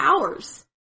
hours